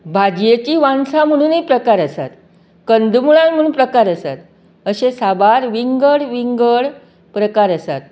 भाजयेंचीं वांनसा म्हणूनय प्रकार आसात कंदमुळां म्हूण प्रकार आसात अशें साबार विंगड विंगड प्रकार आसात